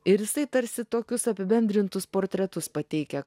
ir jisai tarsi tokius apibendrintus portretus pateikia